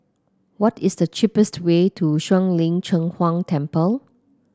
what is the cheapest way to Shuang Lin Cheng Huang Temple